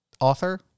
author